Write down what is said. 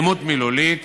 אלימות מילולית,